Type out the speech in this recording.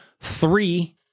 Three